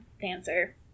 dancer